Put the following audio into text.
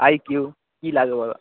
I Q কি লাগবে বলো